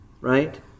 Right